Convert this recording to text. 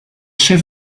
chef